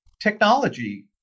technology